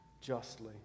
justly